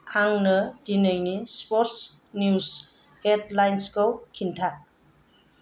आंनो दिनैनि sports news हेडलाइन्सखौ खिन्था